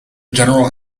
general